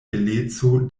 beleco